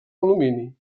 alumini